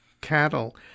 cattle